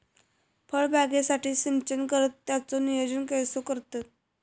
फळबागेसाठी सिंचन करतत त्याचो नियोजन कसो करतत?